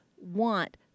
want